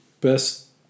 best